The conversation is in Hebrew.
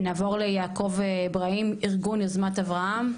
נעבור ליעקב איברהים ארגון יוזמות אברהם.